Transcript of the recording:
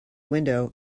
window